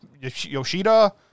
Yoshida